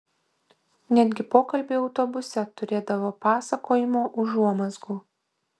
netgi pokalbiai autobuse turėdavo pasakojimo užuomazgų